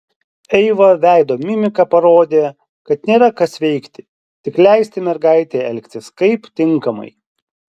eiva veido mimika parodė kad nėra kas veikti tik leisti mergaitei elgtis kaip tinkamai